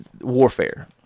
warfare